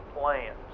plans